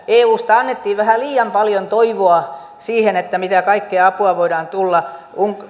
eusta annettiin vähän liian paljon toivoa siihen mitä kaikkea apua voidaan tulla